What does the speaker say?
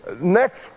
next